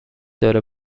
داره